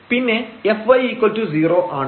പിന്നെ fy0 ആണ്